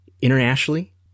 internationally